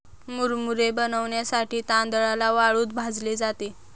मुरमुरे बनविण्यासाठी तांदळाला वाळूत भाजले जाते